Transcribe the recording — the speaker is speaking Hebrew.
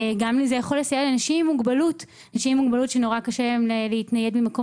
זה גם יכול לסייע לנשים עם מוגבלות שנורא קשה להן להתנייד ממקום